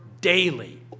daily